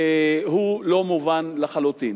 הוא לא מובן לחלוטין.